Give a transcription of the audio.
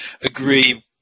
agree